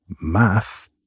math